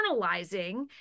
internalizing